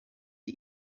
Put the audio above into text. die